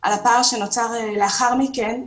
על הפער שנוצר לאחר מכן,